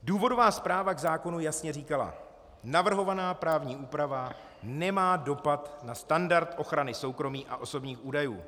Důvodová zpráva k zákonu jasně říkala: Navrhovaná právní úprava nemá dopad na standard ochrany soukromí a osobních údajů.